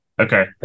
Okay